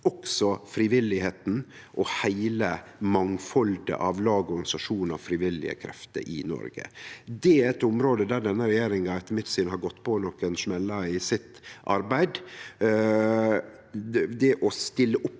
også frivilligheita og heile mangfaldet av lag, organisasjonar og frivillige krefter i Noreg. Det er eit område der denne regjeringa, etter mitt syn, har gått på nokre smellar i sitt arbeid. Vi må stille opp